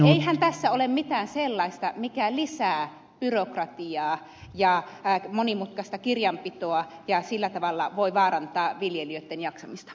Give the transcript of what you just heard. eihän tässä ole mitään sellaista mikä lisää byrokratiaa ja monimutkaista kirjanpitoa ja sillä tavalla voi vaarantaa viljelijöitten jaksamista